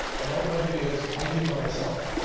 and all my video's i do by myself.